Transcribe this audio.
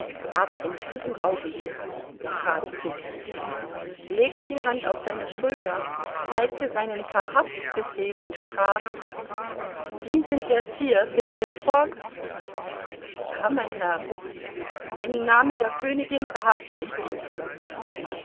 aber in diesem augenblick trat fix zu ihm legte die hand auf seine schulter zeigte seinen verhaftsbefehl und sprach sie sind der sieur phileas fogg ja mein herr im namen der königin verhafte ich sie